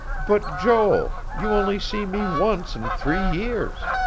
but, joel, you only see me once in three years.